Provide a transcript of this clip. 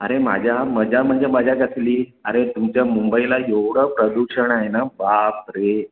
अरे माझ्या मजा म्हणजे मजा कसली अरे तुमच्या मुंबईला एवढं प्रदूषण आहे ना बापरे